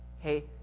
Okay